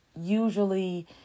usually